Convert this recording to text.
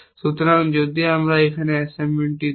সুতরাং যদি আমি এখানে অ্যাসাইনমেন্ট দেই